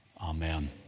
Amen